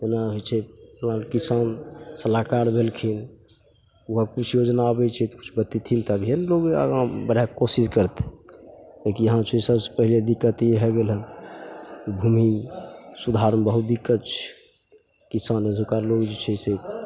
जेना होइ छै किसान सलाहकार भेलखिन ओ आब किछु जेना आबै छै तऽ किछु बतेथिन तभिए ने लोक आगाँ बढ़ैके कोशिश करतै किएकि इएह छै सबसे पहिले दिक्कत ई होइ गेल हँ भूमि सुधारमे बहुत दिक्कत छै किसान अजुका लोक जे छै से